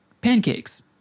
pancakes